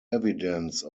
evidence